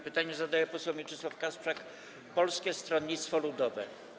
Pytanie zadaje poseł Mieczysław Kasprzak, Polskie Stronnictwo Ludowe.